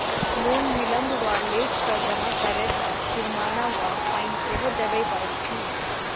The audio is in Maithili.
लोन विलंब वा लेट सँ जमा करै पर जुर्माना वा फाइन सेहो देबै पड़त की?